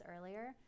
earlier